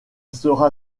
sera